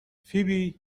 فیبی